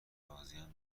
راضیم